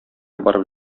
барып